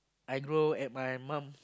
I grow at my mum